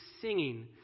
singing